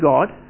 God